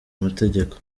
amategeko